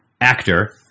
actor